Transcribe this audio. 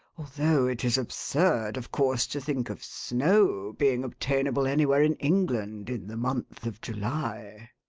although it is absurd, of course, to think of snow being obtainable anywhere in england in the month of july.